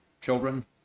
children